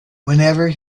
whenever